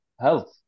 health